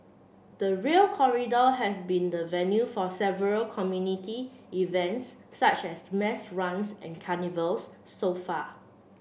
the Rail Corridor has been the venue for several community events such as mass runs and carnivals so far